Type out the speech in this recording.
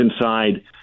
inside